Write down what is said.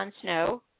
Snow